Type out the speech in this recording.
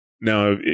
Now